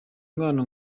mwana